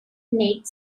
knit